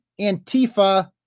Antifa